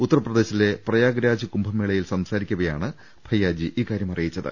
ഉത്തർപ്ര ദേശിലെ പ്രയാഗ്രാജ് കുംഭമേളയിൽ സംസാരിക്കവെയാണ് ഭയ്യാജി ഇക്കാരൃം അറിയിച്ചത്